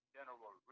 General